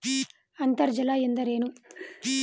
ಅಂತರ್ಜಲ ಎಂದರೇನು?